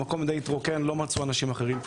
המקום די התרוקן, לא מצאו אנשים אחרים.